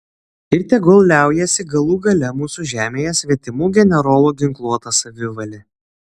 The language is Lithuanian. ir tegul liaujasi galų gale mūsų žemėje svetimų generolų ginkluota savivalė